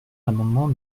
l’amendement